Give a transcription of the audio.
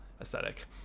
aesthetic